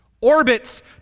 orbits